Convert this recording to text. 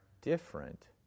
different